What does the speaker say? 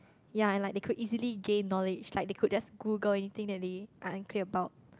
ya and like they could easily gain knowledge like they could just Google anything that they are unclear about